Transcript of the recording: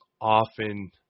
often